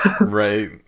Right